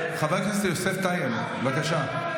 חבר הכנסת יוסף טייב, בבקשה.